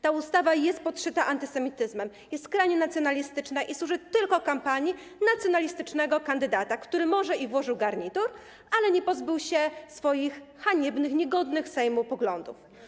Ta ustawa jest podszyta antysemityzmem, jest skrajnie nacjonalistyczna i służy tylko kampanii nacjonalistycznego kandydata, który może i włożył garnitur, ale nie pozbył się swoich haniebnych, niegodnych Sejmu poglądów.